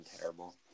terrible